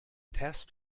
test